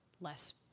less